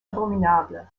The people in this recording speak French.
abominable